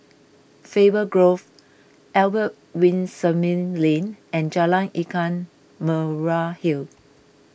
Faber Grove Albert Winsemius Lane and Jalan Ikan Merah Hill